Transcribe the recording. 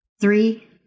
Three